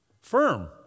firm